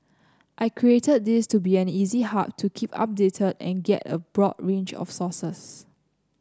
I created this to be an easy hub to keep updated and get a broad range of sources